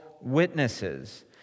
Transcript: witnesses